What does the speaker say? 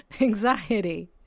anxiety